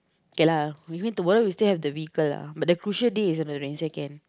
kay lah we win tomorrow we still have the vehicle lah but the crucial day is on the twenty second